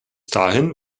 dahin